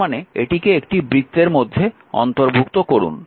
তার মানে এটিকে একটি বৃত্তের মধ্যে অন্তর্ভুক্ত করুন